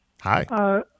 Hi